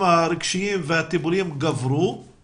הרגשיים והטיפולים גברו בגלל הקורונה.